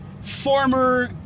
former